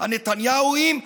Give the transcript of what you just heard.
הנתניהוים,